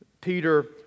Peter